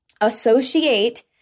associate